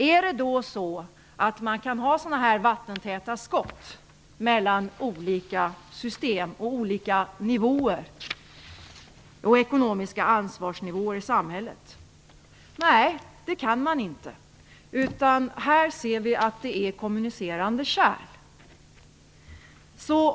Är det då så att man kan ha vattentäta skott mellan olika system och olika ekonomiska ansvarsnivåer i samhället? Nej, det kan man inte. Här ser vi att det är fråga om kommunicerande kärl.